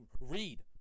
Read